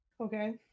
Okay